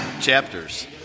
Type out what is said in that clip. chapters